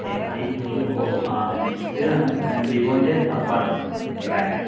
I Q ഓ ഓ ആ അത് തന്നെ പുതിയതാണ് വിവോൻ്റെ സബ്ബാണത് ബ്രാൻഡ്